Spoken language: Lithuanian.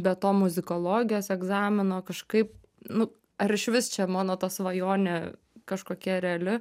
be to muzikologijos egzamino kažkaip nu ar išvis čia mano ta svajonė kažkokia reali